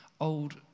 old